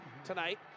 tonight